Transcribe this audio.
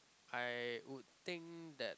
I would think that